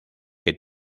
que